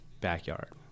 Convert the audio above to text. backyard